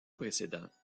précédents